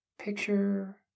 Picture